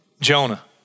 Jonah